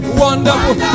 wonderful